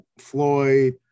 Floyd